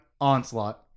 Onslaught